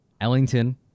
Ellington